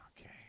Okay